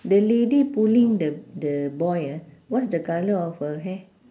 the lady pulling the the boy ah what's the colour of her hair